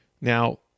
Now